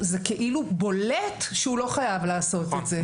זה כאילו בולט שהוא לא חייב לעשות את זה.